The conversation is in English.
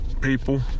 people